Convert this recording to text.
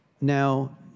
Now